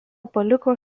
paliko